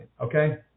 okay